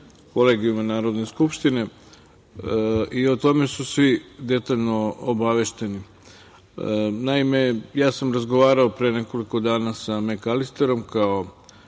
Kolegijuma Narodne skupštine i o tome su svi detaljno obavešteni. Naime, ja sam razgovarao pre nekoliko dana sa Mekalisterom kao